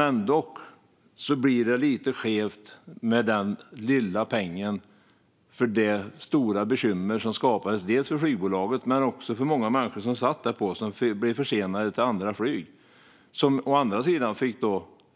Ändå blir det lite skevt med den lilla pengen för de stora bekymmer som skapades dels för flygbolaget, dels för många människor som blev försenade till andra flyg och då fick